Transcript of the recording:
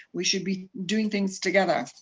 we should be doing things together,